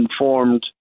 informed